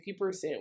50%